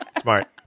Smart